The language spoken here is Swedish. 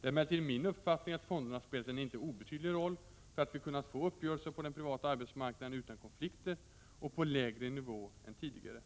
Det är emellertid min uppfattning att fonderna spelat en inte obetydlig roll för att vi kunnat få uppgörelser på den privata arbetsmarknaden utan konflikter och på lägre nivå än tidigare.